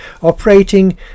operating